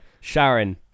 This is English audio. Sharon